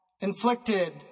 inflicted